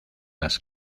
las